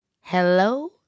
Hello